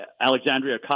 Alexandria